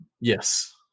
Yes